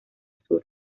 sur